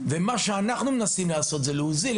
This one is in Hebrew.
מה שאנחנו מנסים לעשות זה להוזיל,